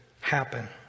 happen